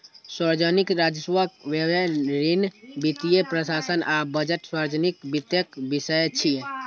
सार्वजनिक राजस्व, व्यय, ऋण, वित्तीय प्रशासन आ बजट सार्वजनिक वित्तक विषय छियै